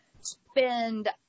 spend